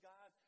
God